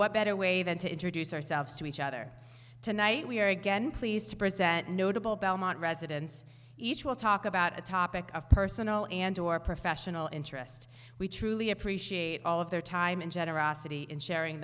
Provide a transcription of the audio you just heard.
what better way than to introduce ourselves to each other tonight we are again please to present notable belmont residents each will talk about a topic of personal and or professional interest we truly appreciate all of their time and generosity in sharing